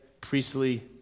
priestly